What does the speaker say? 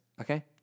okay